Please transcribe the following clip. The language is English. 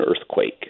earthquake